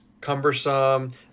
cumbersome